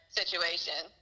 situation